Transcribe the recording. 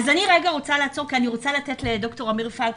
אני רוצה לעצור ולתת לד"ר אמיר פלק,